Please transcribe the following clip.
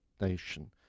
nation